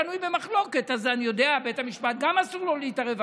גם אז לבית המשפט אסור להתערב,